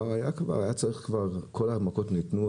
כל המכות כבר ניתנו,